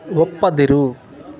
ಒಪ್ಪದಿರು